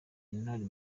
intore